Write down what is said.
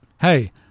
Hey